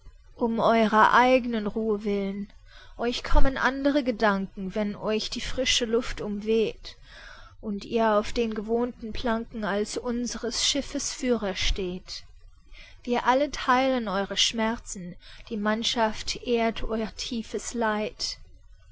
um eurer eignen ruhe will'n euch kommen andere gedanken wenn euch die frische luft umweht und ihr auf den gewohnten planken als unsres schiffes führer steht wir alle theilen eure schmerzen die mannschaft ehrt eu'r tiefes leid